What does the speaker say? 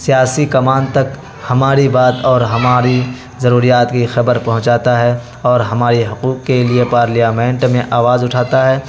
سیاسی کمان تک ہماری بات اور ہماری ضروریات کی خبر پہنچاتا ہے اور ہمارے حقوق کے لیے پارلیامنٹ میں آواز اٹھاتا ہے